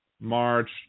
March